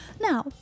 now